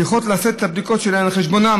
צריכות לשאת את הבדיקות שלהן על חשבונן